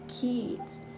kids